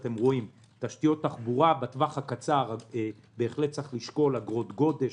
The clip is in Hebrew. תשתיות תחבורה בטווח הקצר צריך בהחלט לשקול אגרות גודש,